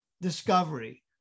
Discovery